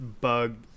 bug